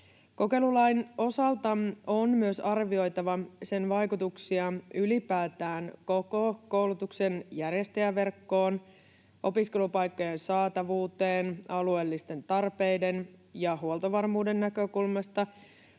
Kokeilulain osalta on myös arvioitava sen vaikutuksia ylipäätään koko koulutuksen järjestäjäverkkoon, opiskelupaikkojen saatavuuteen alueellisten tarpeiden ja huoltovarmuuden näkökulmasta